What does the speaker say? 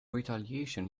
retaliation